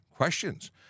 Questions